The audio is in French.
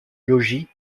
logis